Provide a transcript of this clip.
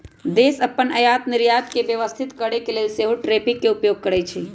देश अप्पन आयात निर्यात के व्यवस्थित करके लेल सेहो टैरिफ के उपयोग करइ छइ